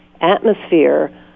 atmosphere